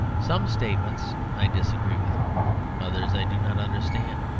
some statements i disagree with others i do not understand.